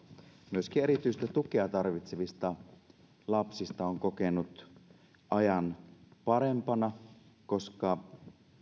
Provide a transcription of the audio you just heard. myöskin erityistä tukea tarvitsevista lapsista on kokenut ajan parempana koska